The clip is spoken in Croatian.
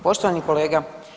Poštovani kolega.